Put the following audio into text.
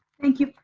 thank you.